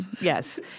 Yes